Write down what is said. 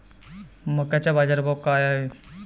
मक्याचा बाजारभाव काय हाय?